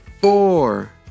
four